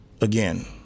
again